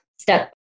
step